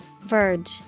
Verge